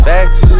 Facts